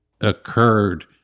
occurred